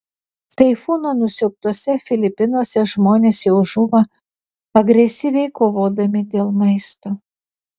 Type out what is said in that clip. taifūno nusiaubtuose filipinuose žmonės jau žūva agresyviai kovodami dėl maisto